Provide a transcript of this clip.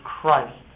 Christ